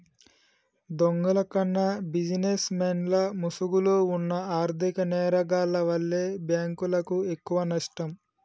దొంగల కన్నా బిజినెస్ మెన్ల ముసుగులో వున్న ఆర్ధిక నేరగాల్ల వల్లే బ్యేంకులకు ఎక్కువనష్టం